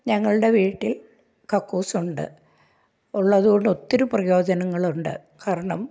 ഞങ്ങളുടെ വീട്ടിൽ കക്കൂസ് ഉണ്ട് ഉള്ളത് കൊണ്ട് ഒത്തിരി പ്രയോജനങ്ങളുണ്ട് കാരണം